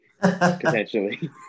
potentially